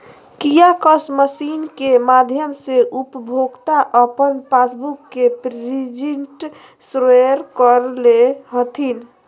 kiosk machine के माध्यम से उपभोक्ता अपन पासबुक के प्रिंटिंग स्वयं कर ले हथिन